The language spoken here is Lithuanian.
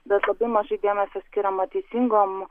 bet labai mažai dėmesio skiriama teisingom